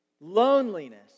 Loneliness